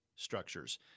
structures